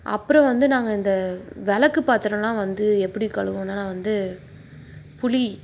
அப்புறம் வந்து நாங்கள் அந்த விளக்கு பாத்திரம்லாம் வந்து எப்படி கழுவுவோனால் வந்து புளி